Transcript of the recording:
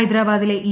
ഹൈദരാബാദിലെ ഇ